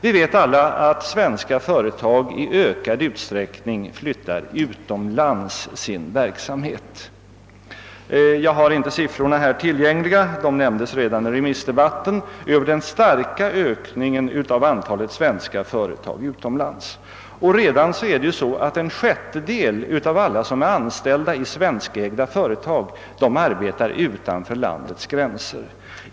Vi vet alla att svenska företag i ökad utsträckning flyttar sin verksamhet utomlands. Jag har inte siffrorna tillgängliga, men de nämndes redan under remissdebatten, då man påtalade den starka ökningen av antalet svenska företag utomlands. Redan arbetar en sjättedel av alla anställda i svenskägda företag utanför vårt lands gränser.